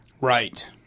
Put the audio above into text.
Right